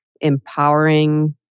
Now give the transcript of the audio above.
empowering